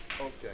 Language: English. Okay